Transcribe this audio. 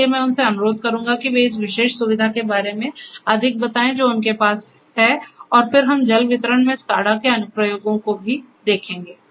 इसलिए मैं उनसे अनुरोध करूंगा कि वे इस विशेष सुविधा के बारे में अधिक बताएं जो उनके पास है और फिर हम जल वितरण में SCADA के अनुप्रयोगों को भी देखेंगे